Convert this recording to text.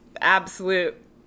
absolute